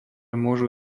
môžu